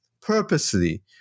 purposely